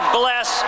bless